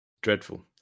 Dreadful